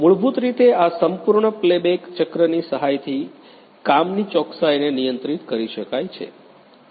મૂળભૂત રીતે આ સંપૂર્ણ પ્લે બેક ચક્રની સહાયથી કામની ચોકસાઈને નિયંત્રિત કરી શકાય છે